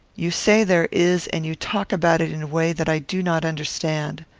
you say there is, and you talk about it in a way that i do not understand.